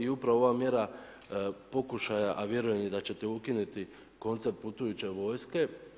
I upravo ova mjera pokušaja, a vjerujem da ćete i ukinuti i koncept putujuće vojske.